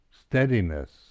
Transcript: steadiness